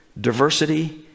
diversity